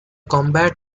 combat